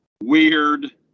weird